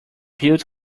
build